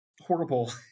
horrible